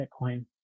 Bitcoin